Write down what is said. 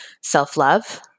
self-love